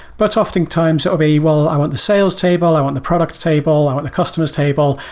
but often times it'll be, well, i want the sales table. i want the product table. i want the customers table,